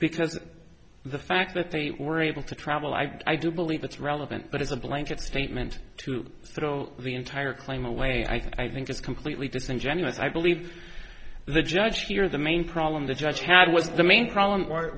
because the fact that they were able to travel i do believe that's relevant but as a blanket statement to throw the entire claim away i think is completely disingenuous i believe the judge here the main problem the judge had was the main problem